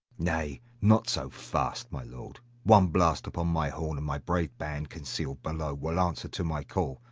nay, not so fast, my lord. one blast upon my horn, and my brave band, concealed below, will answer to my call.